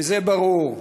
וזה ברור.